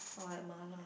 or like mala